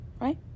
Right